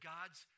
God's